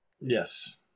Yes